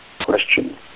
question